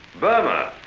burma,